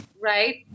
right